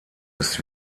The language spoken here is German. ist